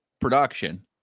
production